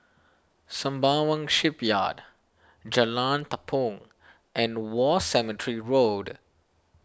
Sembawang Shipyard Jalan Tepong and War Cemetery Road